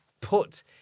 put